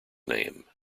name